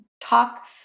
talk